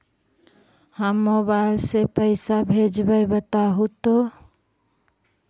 हम मोबाईल से पईसा भेजबई बताहु तो?